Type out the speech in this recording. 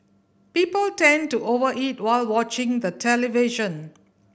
people tend to over eat while watching the television